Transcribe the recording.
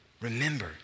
Remember